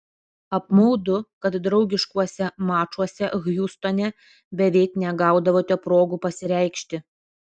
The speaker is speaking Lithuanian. apmaudu kad draugiškuose mačuose hjustone beveik negaudavote progų pasireikšti